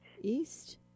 East